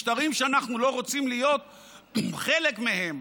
משטרים שאנחנו לא רוצים להיות עם חלק מהם,